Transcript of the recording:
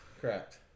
correct